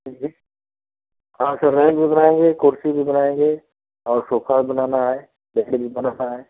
जी हाँ sir room भी बनाएंगे कुर्सी भी बनाएंगे और सोफ़ा भी बनाना है ये सब भी बनाना है